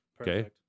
Okay